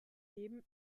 leben